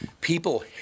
people